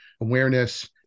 awareness